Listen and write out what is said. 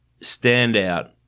standout